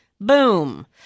Boom